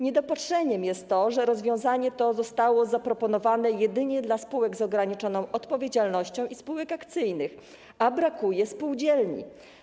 Niedopatrzeniem jest to, że rozwiązanie to zostało zaproponowane jedynie dla spółek z ograniczoną odpowiedzialnością i spółek akcyjnych, a brakuje spółdzielni.